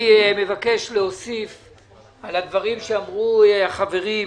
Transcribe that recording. אני מבקש להוסיף על הדברים שאמרו החברים.